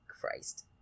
Christ